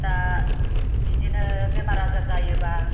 दा बिदिनो बेमार आजार जायोबा